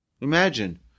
imagine